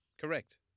Correct